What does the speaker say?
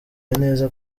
neza